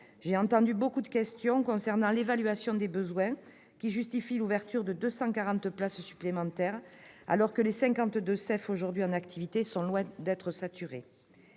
J'ai entendu formuler de nombreuses questions concernant l'évaluation des besoins qui justifie l'ouverture de 240 places supplémentaires, alors que les cinquante-deux CEF aujourd'hui en activité sont loin d'être saturés.